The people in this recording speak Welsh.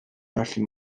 felly